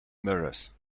mirrors